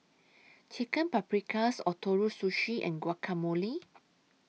Chicken Paprikas Ootoro Sushi and Guacamole